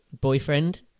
boyfriend